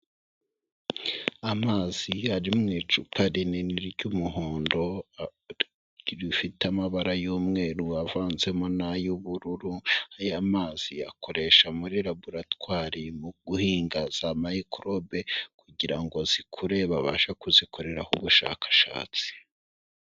Amazi ari mu icupa rinini ry'umuhondo rifite amabara y'umweru avanzemo n'ay'ubururu, aya mazi akoresha muri laboratwari mu guhinga za microbe kugira ngo zikure babashe kuzikoreraho ubushakashatsi